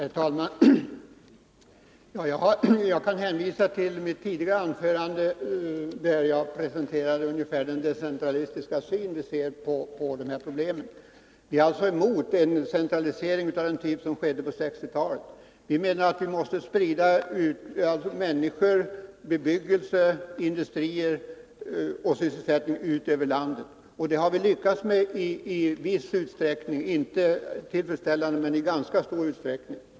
Herr talman! Jag kan hänvisa till mitt tidigare anförande, där jag presenterade den decentralistiska syn vi har på detta problem. Vi är alltså emot en centralisering av den typ som skedde på 1960-talet. Vi menar att man måste sprida människor, bebyggelse, industrier och sysselsättning ut över landet. Det har vi lyckats med i viss utsträckning — inte tillfredsställande, men i ganska stor omfattning.